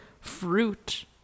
Fruit